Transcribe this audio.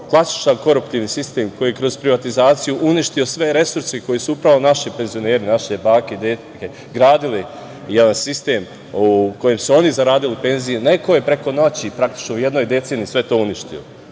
klasičan koruptivni sistem, koji je kroz privatizaciju uništio sve resurse, koji su upravo naši penzioneri, naše bake i deke gradile, jedan sistem u kojem su oni zaradili penzije, neko je preko noći, praktično, u jednoj deceniji sve to uništio.